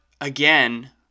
again